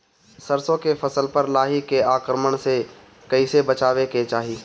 सरसो के फसल पर लाही के आक्रमण से कईसे बचावे के चाही?